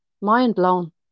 mind-blown